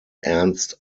ernst